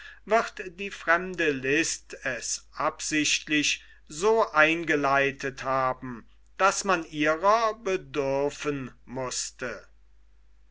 wird die fremde list es absichtlich so eingeleitet haben daß man ihrer bedürfen mußte